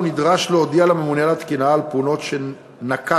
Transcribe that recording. הוא נדרש להודיע לממונה על התקינה על פעולות שנקט